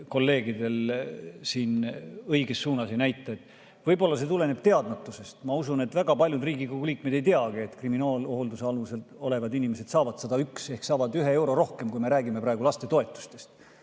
kolleegidel siin õiges suunas ei näita. Võib-olla see tuleneb teadmatusest. Ma usun, et väga paljud Riigikogu liikmed ei teagi, et kriminaalhoolduse all olevad inimesed saavad 101 [eurot] ehk saavad ühe euro rohkem, kui me räägime praegu lastetoetustest.